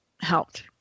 helped